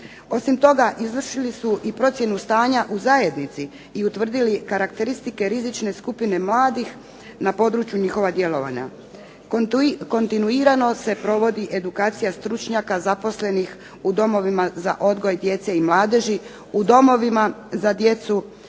Osim toga izvršili su i procjenu stanja u zajednici i utvrdili karakteristike rizične skupine mladih na području njihova djelovanja. Kontinuirano se provodi edukacija stručnjaka zaposlenih u domovima za odgoj djece i mladeži, u domovima za djecu,